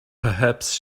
perhaps